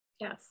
Yes